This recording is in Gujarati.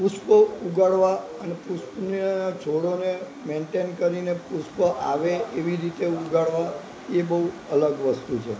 પુષ્પો ઉગાડવા અને પુષ્પના છોડોને મેન્ટેઇન કરીને પુષ્પ આવે એવી રીતે છોડ ઉગાડવા એ બહુ અલગ વસ્તુ છે